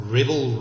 Rebel